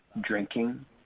drinking